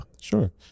Sure